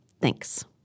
Thanks